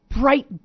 bright